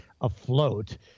afloat